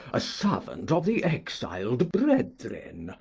a servant of the exiled brethren,